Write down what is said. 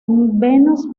menos